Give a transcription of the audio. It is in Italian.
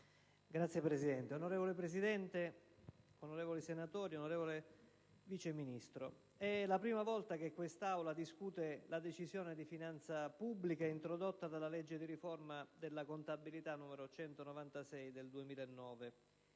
*(PdL)*. Signor Presidente, onorevoli senatori, onorevole Vice Ministro, è la prima volta che quest'Aula discute la Decisione di finanza pubblica introdotta dalla legge di riforma della contabilità (la legge n. 196 del 2009),